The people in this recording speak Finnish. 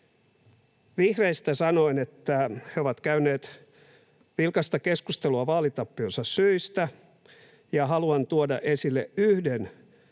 Vihreistä sanoin, että he ovat käyneet vilkasta keskustelua vaalitappionsa syistä, ja haluan tuoda esille yhden